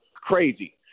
crazy